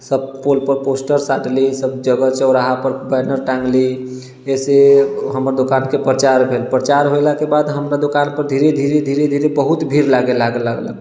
सब पोलपर पोस्टर साटली सब जगह चौराहापर बैनर टाङ्गली एहिसे हमर दोकानके प्रचार भेल प्रचार होयलाक बाद हमरा दोकानपर धीरे धीरे धीरे धीरे बहुत भीड़ लागे लागल